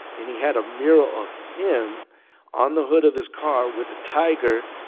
and he had a mural of him on the hood of his car with a tiger,